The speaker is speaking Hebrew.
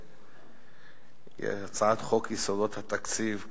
הצעת חוק יסודות התקציב,